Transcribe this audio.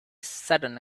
sudden